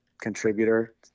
contributor